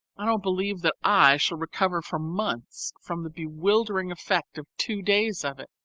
i don't believe that i shall recover for months from the bewildering effect of two days of it.